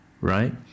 right